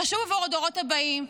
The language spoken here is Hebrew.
חשוב עבור הדורות הבאים,